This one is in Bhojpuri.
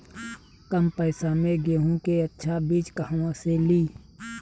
कम पैसा में गेहूं के अच्छा बिज कहवा से ली?